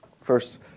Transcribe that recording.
First